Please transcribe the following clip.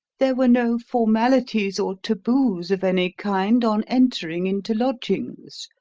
there were no formalities or taboos of any kind on entering into lodgings.